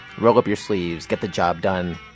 roll-up-your-sleeves-get-the-job-done